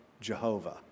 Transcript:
Jehovah